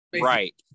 Right